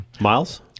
Miles